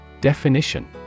Definition